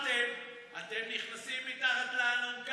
כי הונחו היום על שולחן הכנסת,